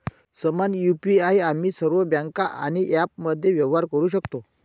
समान यु.पी.आई आम्ही सर्व बँका आणि ॲप्समध्ये व्यवहार करू शकतो